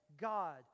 God